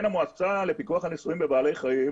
המועצה לפיקוח על ניסויים בבעלי חיים,